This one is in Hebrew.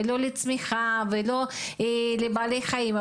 לצמיחה או לבעלי חיים.